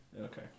Okay